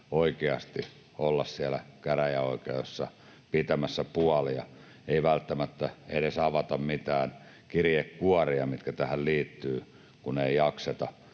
oikeasti olla siellä käräjäoikeudessa pitämässä puoliaan, eikä välttämättä edes avata mitään kirjekuoria, mitä tähän liittyy, kun ei jakseta,